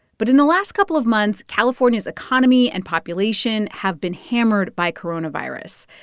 but in the last couple of months, california's economy and population have been hammered by coronavirus.